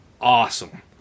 awesome